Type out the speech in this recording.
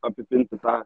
apipilti tą